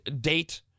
date